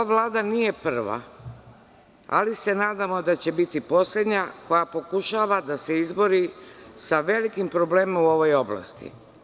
Ova Vlada nije prva, ali se nadamo da će biti poslednja koja pokušava da se izbori sa velikim problemom u ovoj oblasti.